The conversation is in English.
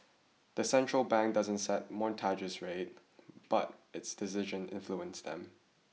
the central bank doesn't set mortgage rates but its decisions influence them